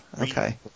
okay